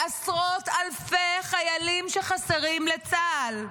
לעשרות אלפי חיילים שחסרים לצה"ל.